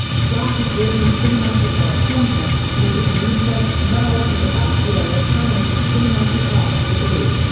zaki gordon cinematic arts center liberty university now offers a bachelor of science in cinematic arts degree.